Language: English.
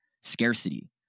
Scarcity